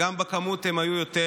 גם במספר הם היו יותר,